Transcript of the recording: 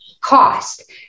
cost